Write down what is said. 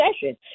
session